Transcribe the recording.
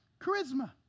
charisma